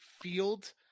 field